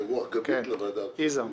יזהר